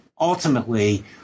ultimately